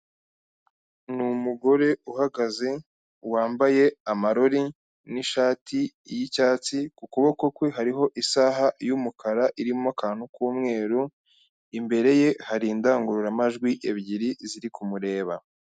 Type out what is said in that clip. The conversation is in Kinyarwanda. Ni umugore uhagaze, wambaye amarori n'ishati y'icyatsi, ku kuboko kwe hariho isaha y'umukara irimo akantu k'umweru, imbere ye hari indangururamajwi ebyiri ziri kumureba.